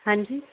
ਹਾਂਜੀ